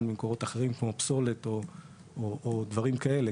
ממקורות אחרים כמו פסולת או דברים כאלה.